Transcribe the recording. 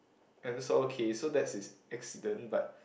and so okay so that's his accident but